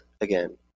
again